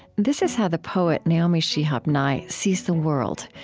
this is how the poet naomi shihab nye sees the world,